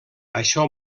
això